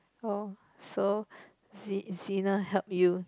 oh so Jinna help you